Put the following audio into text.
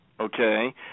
Okay